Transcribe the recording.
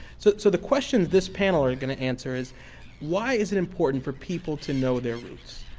so so, the questions this panel are going to answer is why is it important for people to know their roots?